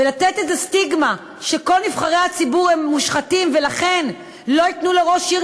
ולתת איזה סטיגמה שכל נבחרי הציבור הם מושחתים ולכן לא ייתנו לראש עיר